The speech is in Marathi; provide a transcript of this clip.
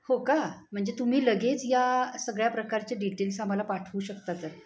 हो का म्हणजे तुम्ही लगेच या सगळ्या प्रकारचे डिटेल्स आम्हाला पाठवू शकता तर